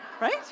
Right